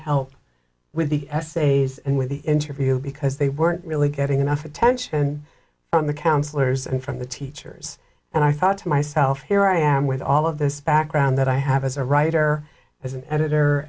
help with the essays and with the interview because they weren't really getting enough attention from the counselors and from the teachers and i thought to myself here i am with all of this background that i have as a writer as an editor